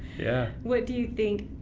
yeah. what do you think